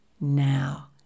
now